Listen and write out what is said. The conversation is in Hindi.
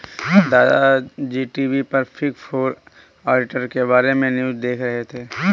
दादा जी टी.वी पर बिग फोर ऑडिटर के बारे में न्यूज़ देख रहे थे